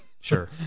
Sure